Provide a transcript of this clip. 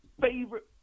favorite